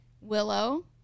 Willow